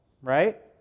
right